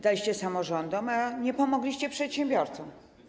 Daliście samorządom, a nie pomogliście przedsiębiorcom.